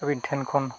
ᱟᱹᱵᱤᱱ ᱴᱷᱮᱱ ᱠᱷᱚᱱ